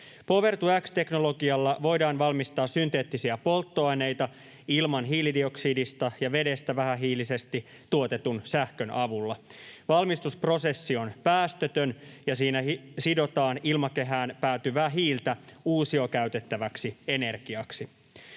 Power-to-x-teknologialla voidaan valmistaa synteettisiä polttoaineita ilman hiilidioksidista ja vedestä vähähiilisesti tuotetun sähkön avulla. Valmistusprosessi on päästötön, ja siinä sidotaan ilmakehään päätyvää hiiltä uusiokäytettäväksi energiaksi.